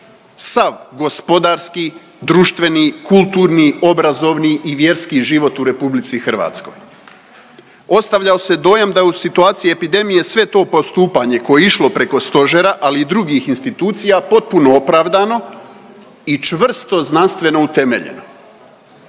sav gospodarski, društveni, kulturni, obrazovni i vjerski život u RH. Ostavljao se dojam da u situaciji epidemije sve to postupanje koje je išlo preko stožera ali i drugih institucija potpuno opravdano i čvrsto znanstveno utemeljeno,